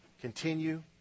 Continue